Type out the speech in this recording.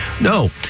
No